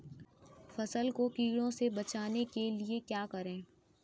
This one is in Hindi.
फसल को कीड़ों से बचाने के लिए क्या करें?